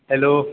hello